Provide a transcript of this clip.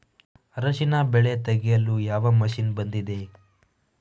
ಅರಿಶಿನ ಬೆಳೆ ತೆಗೆಯಲು ಯಾವ ಮಷೀನ್ ಬಂದಿದೆ?